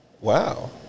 Wow